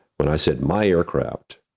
when i said my aircraft,